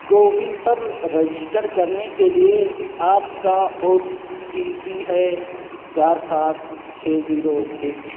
covid پر register کرنے کے لیے آپ کا او ٹی پی ہے چار سات چھ زیرو ایک چھ